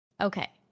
Okay